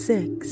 Six